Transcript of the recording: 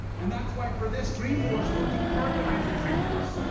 and that's why for this dreamforce, we're decarbonizing dreamforce.